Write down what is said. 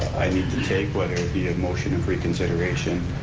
i need to take, whether it be a motion of reconsideration,